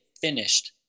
finished